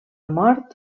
mort